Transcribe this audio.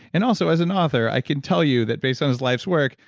and also, as an author, i can tell you, that based on his life's work,